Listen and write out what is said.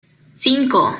cinco